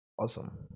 Awesome